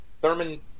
Thurman